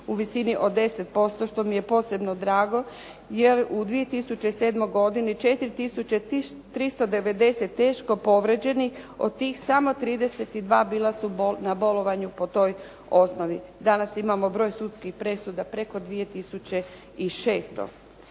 u visini od 10% što mi je posebno drago jer u 2007. godini 4 tisuće 390 teško povrijeđenih, od tih samo 32 bila su na bolovanju po toj osnovi. Danas imamo broj sudskih presuda preko 2600.